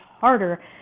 harder